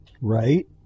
Right